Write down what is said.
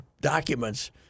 documents